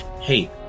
Hey